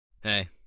Hey